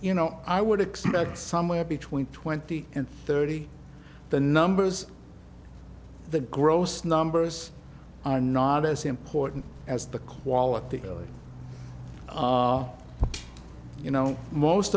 know i would expect somewhere between twenty and thirty the numbers the gross numbers are not as important as the quality early you know most